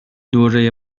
دوره